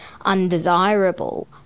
undesirable